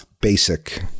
basic